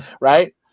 Right